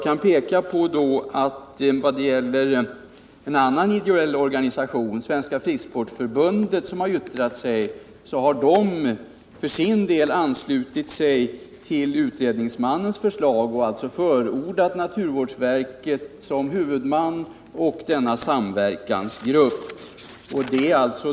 En annan ideell organisation, Svenska frisksportförbundet, har för sin del anslutit sig till utredningsmannens förslag och alltså förordat denna samverkansgrupp med naturvårdsverket som huvudman.